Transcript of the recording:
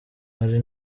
ari